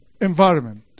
environment